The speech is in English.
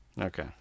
Okay